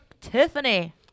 Tiffany